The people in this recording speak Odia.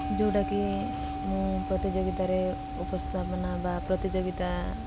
ଯେଉଁଟାକି ମୁଁ ପ୍ରତିଯୋଗିତାରେ ଉପସ୍ଥାପନା ବା ପ୍ରତିଯୋଗିତା